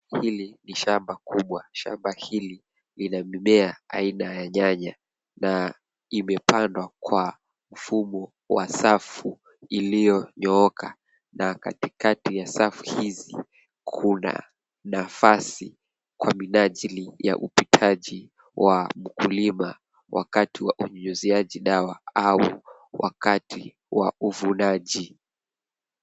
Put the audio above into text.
Hili ni shamba kubwa, shamba hili ina mimea aina ya nyanya na imepandwa kwa mfomu wa safu ilio nyooka na katikati ya safu hizi kuna nafasi ya ajili ya upitaji wa mkulima kupita wakati wa unyuziaji dawa au wakati wa uvunaji.